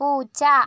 പൂച്ച